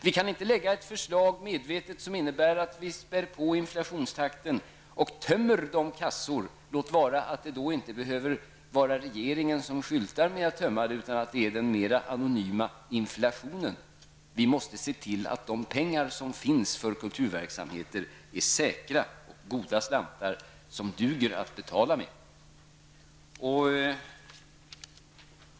Vi kan inte medvetet lägga fram ett förslag som innebär att vi spär på inflationstakten och tömmer kassorna, låt vara att det då inte behöver vara regeringen som skyltar med att tömma kassorna, utan att det är den mer anonyma inflationen. Vi måste se till att de pengar som finns för kulturverksamheter är säkra och goda slantar, som duger att betala med.